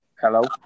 Hello